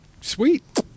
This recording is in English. sweet